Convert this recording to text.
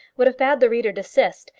would have bade the reader desist,